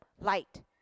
light